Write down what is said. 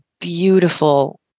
beautiful